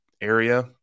area